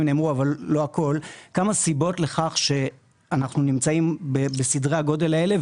נאמרו אבל לא הכול כמה סיבות לכך שאנחנו נמצאים בסדרי הגודל האלה,